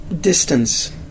distance